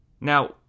Now